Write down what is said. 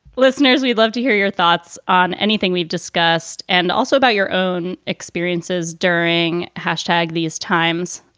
listeners. we'd love to hear your thoughts on anything we've discussed and also about your own experiences during hashtag these times.